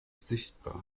sichtbar